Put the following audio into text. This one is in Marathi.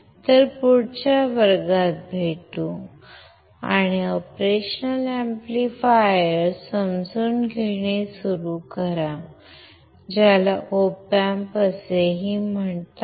तर पुढच्या वर्गात भेटू आणि ऑपरेशनल अॅम्प्लीफायर्स समजून घेणे सुरू करू ज्याला Op Amps असेही म्हणतात